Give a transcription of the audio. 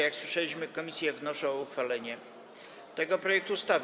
Jak słyszeliśmy, komisje wnoszą o uchwalenie tego projektu ustawy.